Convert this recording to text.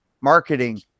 Marketing